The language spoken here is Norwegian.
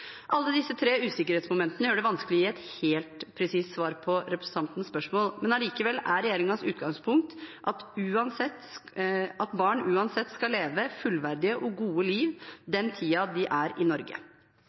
Alle disse tre usikkerhetsmomentene gjør det vanskelig å gi et helt presist svar på representantens spørsmål, men regjeringens utgangspunkt er uansett at barn skal kunne leve fullverdige og gode liv